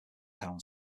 town